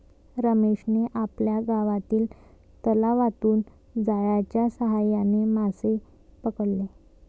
रमेशने आपल्या गावातील तलावातून जाळ्याच्या साहाय्याने मासे पकडले